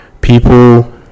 people